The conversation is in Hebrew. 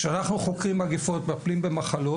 כשאנחנו חוקרים מגיפות ומחלות,